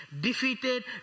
defeated